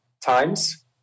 times